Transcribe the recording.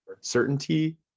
certainty